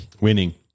Winning